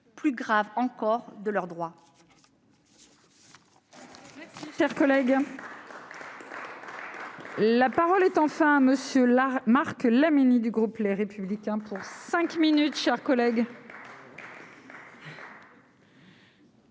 plus grave encore, de leurs droits.